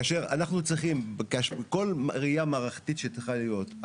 כאשר אנחנו צריכים כל ראייה מערכתית שצריכה להיות,